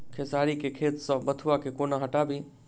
खेसारी केँ खेत सऽ बथुआ केँ कोना हटाबी